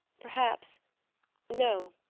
perhaps no,